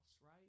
right